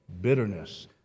bitterness